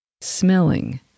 Smelling